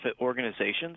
organizations